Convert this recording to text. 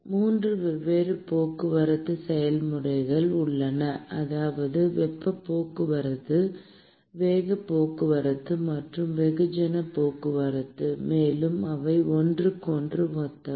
3 வெவ்வேறு போக்குவரத்து செயல்முறைகள் உள்ளன அதாவது வெப்பப் போக்குவரத்து வேகப் போக்குவரத்து மற்றும் வெகுஜன போக்குவரத்து மேலும் அவை ஒன்றுக்கொன்று ஒத்தவை